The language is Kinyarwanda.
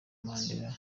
mandela